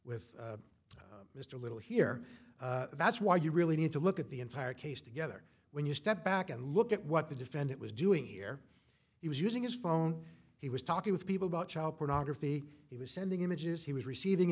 with mr little here that's why you really need to look at the entire case together when you step back and look at what the defendant was doing here he was using his phone he was talking with people about child pornography he was sending images he was receiving